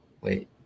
wait